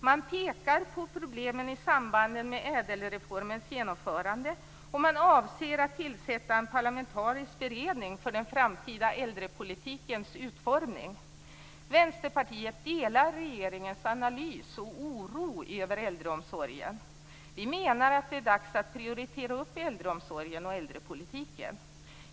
Man pekar på problemen i samband med ädelreformens genomförande, och man avser att tillsätta en parlamentarisk beredning för den framtida äldrepolitikens utformning. Vänsterpartiet instämmer i regeringens analys av och delar regeringens oro över äldreomsorgen. Vi menar att det är dags att prioritera upp äldreomsorgen och äldrepolitiken.